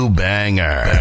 banger